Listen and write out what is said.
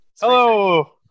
hello